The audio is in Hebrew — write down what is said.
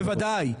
בוודאי,